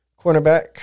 cornerback